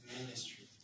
ministry